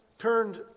turned